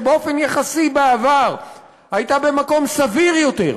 שבאופן יחסי בעבר הייתה במקום סביר יותר,